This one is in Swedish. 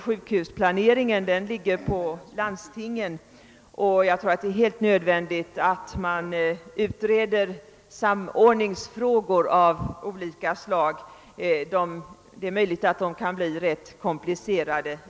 Sjukhusplaneringen åvilar landstingen, och det är därför helt nödvändigt att utreda samordningsfrågor av olika slag. Det är möjligt att de kan bli ganska komplicerade.